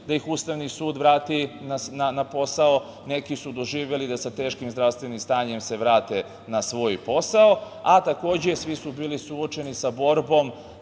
da ih Ustavni sud vrati na posao, neki su doživeli da sa teškim zdravstvenim stanjem se vrate na svoj posao, a takođe su svi bili suočeni sa borbom